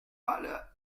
alle